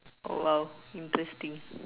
!wow! interesting